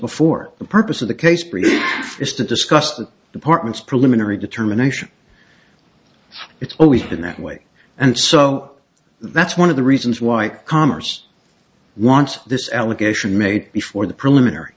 before the purpose of the case is to discuss the department's preliminary determination it's always been that way and so that's one of the reasons why commerce wants this allegation made before the preliminary